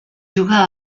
juga